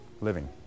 living